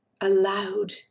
allowed